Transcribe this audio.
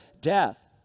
death